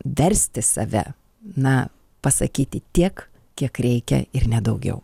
versti save na pasakyti tiek kiek reikia ir ne daugiau